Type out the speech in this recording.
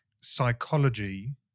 psychology